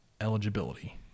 eligibility